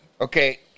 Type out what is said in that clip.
Okay